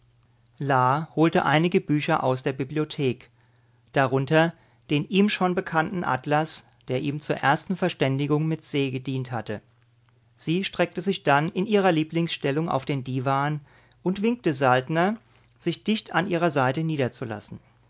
la holte einige bücher aus der bibliothek darunter den ihm schon bekannten atlas der ihm zur ersten verständigung mit se gedient hatte sie streckte sich dann in ihrer lieblingsstellung auf den diwan und winkte saltner sich dicht an ihrer seite niederzulassen